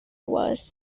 was